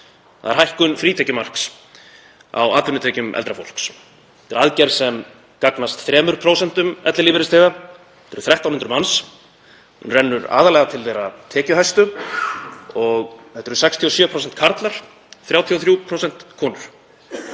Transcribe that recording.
er hækkun frítekjumarks á atvinnutekjum eldra fólks. Þetta er aðgerð sem gagnast 3% ellilífeyrisþega, það eru 1.300 manns, og hún rennur aðallega til þeirra tekjuhæstu. Þetta eru 67% karlar, 33% konur.